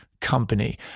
company